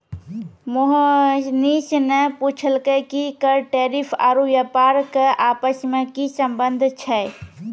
मोहनीश ने पूछलकै कि कर टैरिफ आरू व्यापार के आपस मे की संबंध छै